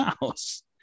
house